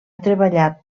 treballat